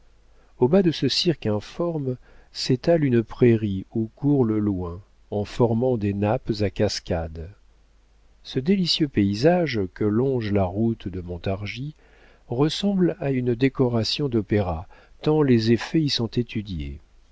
au bas de ce cirque informe s'étale une prairie où court le loing en formant des nappes à cascades ce délicieux paysage que longe la route de montargis ressemble à une décoration d'opéra tant les effets y sont étudiés